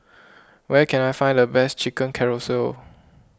where can I find the best Chicken Casserole